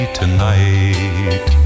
tonight